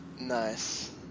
Nice